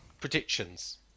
Predictions